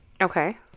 Okay